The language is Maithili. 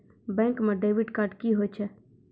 बैंक म डेबिट कार्ड की होय छै?